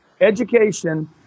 education